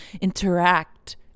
interact